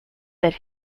that